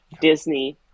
Disney